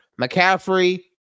McCaffrey